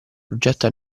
progetto